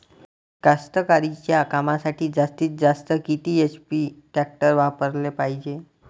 कास्तकारीच्या कामासाठी जास्तीत जास्त किती एच.पी टॅक्टर वापराले पायजे?